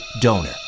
donor